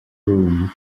room